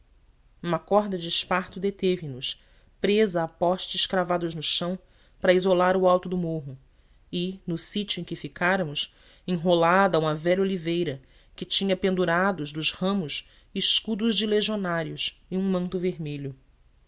uma corda de esparto deteve nos presa a postes cravados no chão para isolar o alto do morro e no sítio em que ficáramos enrolada a uma velha oliveira que tinha pendurados dos ramos escudos de legionários e um manto vermelho